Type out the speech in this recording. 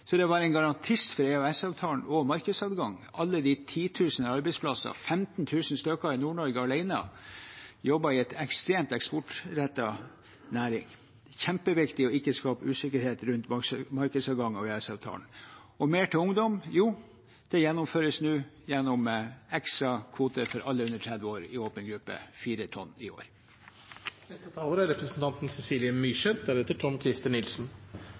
Så er det å være en garantist for EØS-avtalen og markedsadgang – alle de titusener av arbeidsplasser. 15 000 i Nord-Norge alene jobber i en ekstremt eksportrettet næring. Det er kjempeviktig ikke å skape usikkerhet rundt markedsadgang og EØS-avtalen. Og mer til ungdom: Jo, det gjennomføres nå gjennom ekstra kvoter for alle under 30 år i åpen gruppe – fire tonn i år. Representanten Cecilie Myrseth